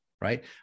right